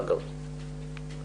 אגב,